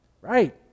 Right